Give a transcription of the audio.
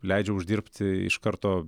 leidžia uždirbti iš karto